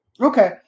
Okay